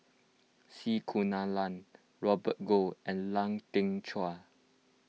C Kunalan Robert Goh and Lau Teng Chuan